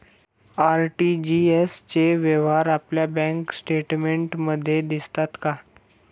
RTGS चे व्यवहार आपल्या बँक स्टेटमेंटमध्ये दिसतात का?